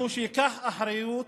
רשות.